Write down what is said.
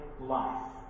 life